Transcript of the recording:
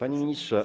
Panie Ministrze!